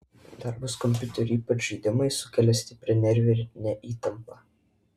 darbas kompiuteriu ypač žaidimai sukelia stiprią nervinę įtampą